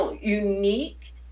unique